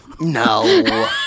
No